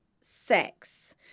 sex